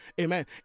Amen